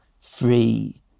free